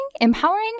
empowering